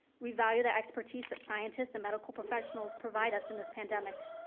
we value the expertise that scientists and medical professionals provide us in this pandemic.